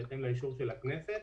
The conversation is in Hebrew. בהתאם לאישור של הכנסת,